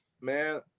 man